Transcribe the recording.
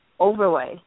overweight